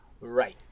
Right